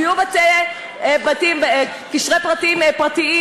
ויהיו גופי כשרות פרטיים,